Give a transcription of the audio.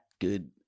good